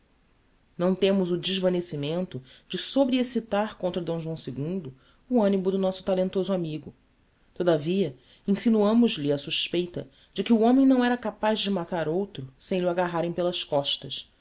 não temos o desvanecimento de sobre excitar contra d joão ii o animo do nosso talentoso amigo todavia insinuamos lhe a suspeita de que o homem não era capaz de matar outro sem lh'o agarrarem pelas costas